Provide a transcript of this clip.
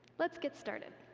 let's get started.